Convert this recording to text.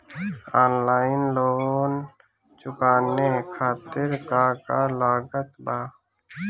Online loan चुकावे खातिर का का लागत बा?